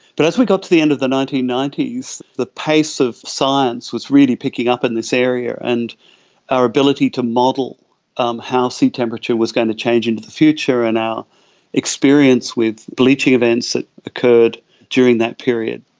but as we got to the end of the nineteen ninety s, the pace of science was really picking up in this area, and our ability to model um how sea temperature was going to change into the future and our experience with bleaching events that occurred during that period.